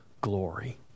glory